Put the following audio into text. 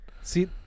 See